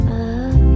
up